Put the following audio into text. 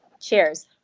cheers